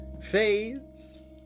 fades